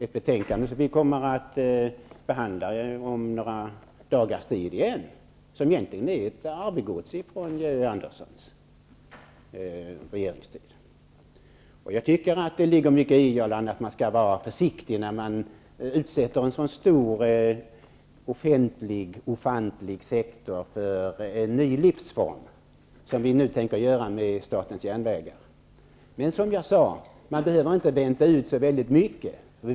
Ett betänkande som vi om några dagar ånyo kommer att behandla är egentligen ett arvegods från Georg När man utsätter en offentlig och ofantlig sektor för en ny arbetsform, som vi nu tänker göra med statens järnvägar, ligger det mycket i påståendet att man skall vara försiktig. Man behöver emellertid inte vänta så länge.